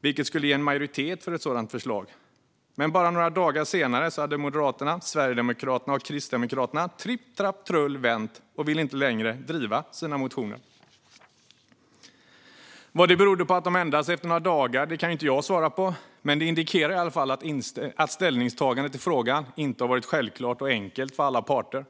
vilket skulle ge en majoritet för ett sådant förslag. Men bara några dagar senare hade Moderaterna, Sverigedemokraterna och Kristdemokraterna - tripp, trapp, trull - vänt och ville inte längre driva sina motioner. Vad det berodde på, att de ändrade sig efter några dagar, kan jag inte svara på. Men det indikerar i alla fall att ställningstagandet i frågan inte har varit självklart och enkelt för alla parter.